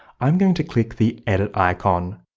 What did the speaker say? i'm going to click the edit icon,